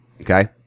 Okay